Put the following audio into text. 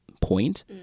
point